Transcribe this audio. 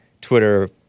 Twitter